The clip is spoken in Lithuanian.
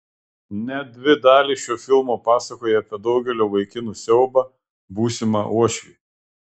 net dvi dalys šio filmo pasakoja apie daugelio vaikinų siaubą būsimą uošvį